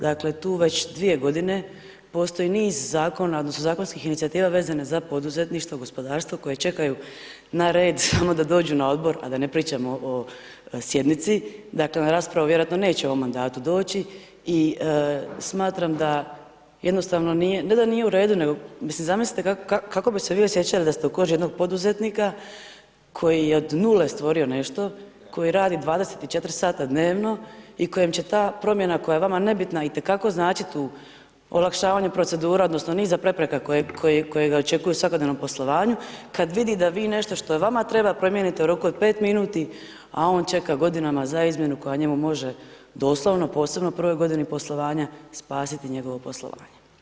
Dakle, tu već dvije godine postoji niz zakona odnosno zakonskih inicijativa vezanih za poduzetništvo, gospodarstvo koje čekaju na red, samo da dođu na odbor, a da ne pričamo o sjednici, dakle na raspravu vjerojatno neće u ovom mandatu doći i smatram da jednostavno nije, ne da nije u redu, nego, mislim zamislite kako bi se vi osjećali da ste u koži jednog poduzetnika koji je od nule stvorio nešto, koji radi 24 sata dnevno i kojem će ta promjena koja je vama nebitna, i te kako značiti u olakšavanju procedura odnosno niza prepreka koje ga očekuju svakodnevnom poslovanju, kad vidi da vi nešto što vama treba promijenite u rok 5 minuta, a on čeka godinama za izmjenu koja njemu može doslovno u prvoj godini poslovanja, spasiti njegovo poslovanje.